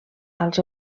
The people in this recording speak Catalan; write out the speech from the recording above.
als